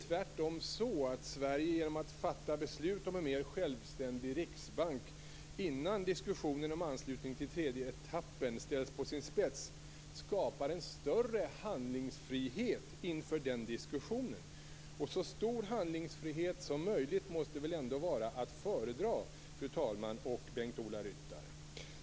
Tvärtom, genom att fatta beslut om en självständig riksbank innan diskussionen om anslutning till tredje etappen ställs på sin spets skapar vi en större handlingsfrihet inför den diskussionen. Så stor handlingsfrihet som möjligt måste väl ändå vara att föredra, fru talman och Bengt-Ola Ryttar.